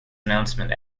announcement